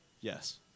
Yes